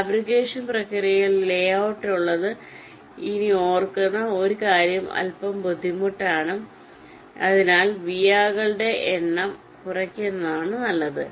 fabrication പ്രക്രിയയിൽ ഒരു layout ഉള്ളത് നിങ്ങൾ ഓർക്കുന്ന ഒരു കാര്യം അൽപ്പം ബുദ്ധിമുട്ടാണ് അതിനാൽ വിയാകളുടെ എണ്ണം കുറയുന്നതാണ് നല്ലത്